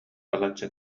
балачча